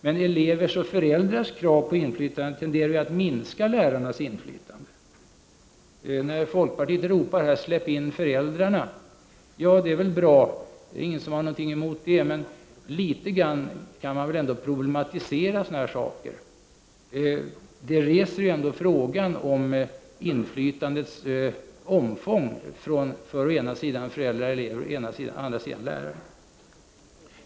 Men elevers och föräldrars krav på inflytande tenderar ju att minska lärarnas inflytande. Folkpartiet ropar här: Släpp in föräldrarna! Det är väl bra — det är ingen som har någonting emot det, men litet grand kan man väl ändå problematisera sådana här saker: Det reser ändå frågan om omfånget av inflytandet från å ena sidan föräldrar och elever och å andra sidan lärarna.